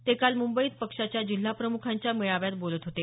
ते काल मुंबईत पक्षाच्या जिल्हाप्रमुखांच्या मेळाव्यात बोलत होते